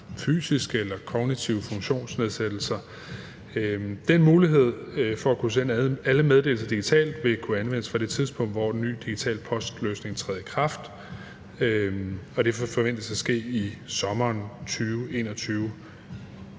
fysiske eller kognitive funktionsnedsættelser. Den mulighed for at kunne sende alle meddelelser digitalt vil kunne anvendes fra det tidspunkt, hvor den nye digitale postløsning træder i kraft, og det forventes at ske i sommeren 2021.